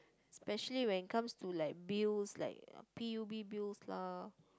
especially when it comes to like bills like P_U_B bills lah